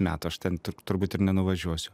metų aš ten turbūt ir nenuvažiuosiu